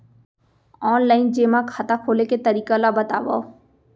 Online जेमा खाता खोले के तरीका ल बतावव?